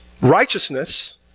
Righteousness